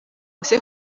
ese